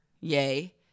Yay